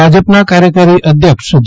ભાજપના કાર્યકારી અધ્યક્ષ જે